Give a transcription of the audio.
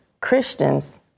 Christians